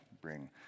bring